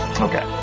Okay